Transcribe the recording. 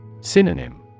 Synonym